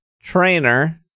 trainer